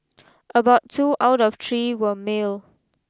about two out of three were male